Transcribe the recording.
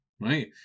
right